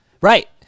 Right